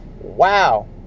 wow